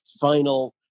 final